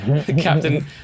Captain